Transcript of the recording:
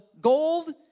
gold